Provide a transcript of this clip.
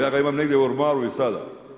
Ja ga imam negdje u ormaru i sada.